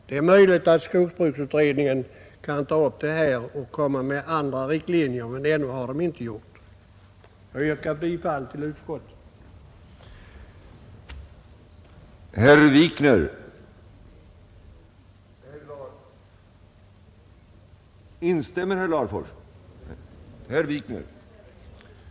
Det är möjligt att skogsbruksutredningen kan ta upp detta spörsmål och föreslå andra riktlinjer, men ännu har den inte gjort det. Jag yrkar bifall till utskottets hemställan.